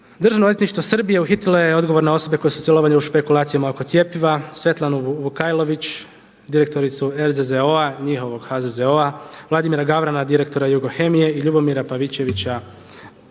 Državno odvjetništvo Srbije uhitilo je odgovorne osobe koje su sudjelovale u špekulacijama oko cjepiva Svetlanu Vukajlović, direktoricu RZZO-a, njihovog HZZO. Vladimira Gavrana direktora Jugohemije i Ljubomira Pavičevića